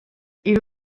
hiru